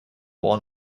what